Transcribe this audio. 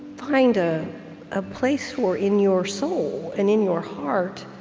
find ah a place for in your soul and in your heart,